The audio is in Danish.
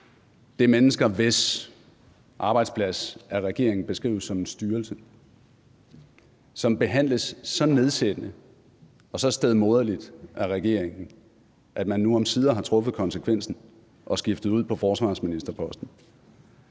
Det er mennesker, hvis arbejdsplads af regeringen beskrives som en styrelse, og som behandles så nedsættende og så stedmoderligt af regeringen, at man nu omsider har taget konsekvensen og skiftet ud på forsvarsministerposten.